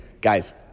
guys